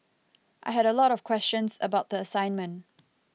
I had a lot of questions about the assignment